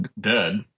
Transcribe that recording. dead